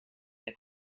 der